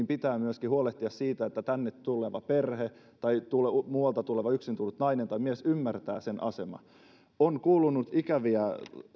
pitää huolehtia siitä että tänne tullut perhe tai muualta yksin tullut nainen tai mies ymmärtää suomalaisen arvomaailman suomalaisen tavan ja sen mikä asema on suomessa naisella on kuulunut ikäviä